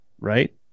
right